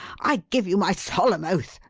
i give you my solemn oath.